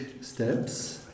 steps